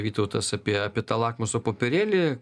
vytautas apie apie tą lakmuso popierėlį